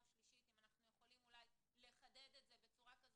והשלישית לראות אם אנחנו יכולים אולי לחדד את זה בצורה כזו